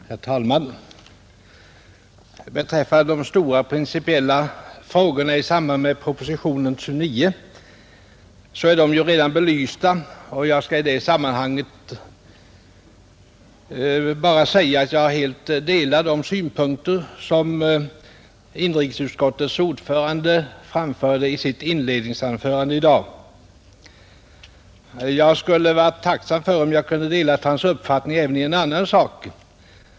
Herr talman! Beträffande de stora principiella frågorna i samband med propositionen nr 29, så är de redan belysta, och jag skall i detta sammanhang bara säga att jag helt delar de synpunkter som inrikesutskottets ordförande framförde i sitt inledningsanförande i dag. Jag skulle varit tacksam om jag kunnat dela hans uppfattning även i en annan sak.